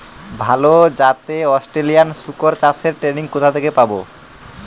ভালো জাতে অস্ট্রেলিয়ান শুকর চাষের ট্রেনিং কোথা থেকে পাব?